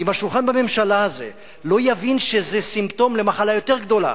אם השולחן בממשלה הזאת לא יבין שזה סימפטום של מחלה יותר גדולה,